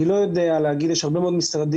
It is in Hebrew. אני לא יודע להגיד יש הרבה מאוד משרדים